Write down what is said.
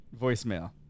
voicemail